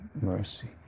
mercy